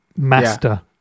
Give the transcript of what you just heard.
master